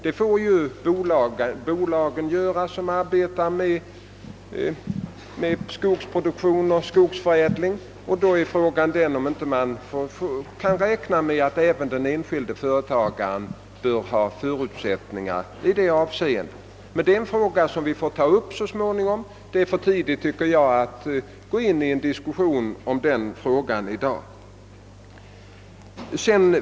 Det får ju de bolag göra som arbetar med skogsproduktion och skogsförädling, och frågan är om man inte kan räkna med att även den enskilde brukaren bör ha förutsättningar i detta hänseende. Men det är ett spörsmål som vi får ta upp så småningom; det är för tidigt, tycker jag, att gå in i en diskussion om den frågan i dag.